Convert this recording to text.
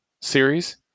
series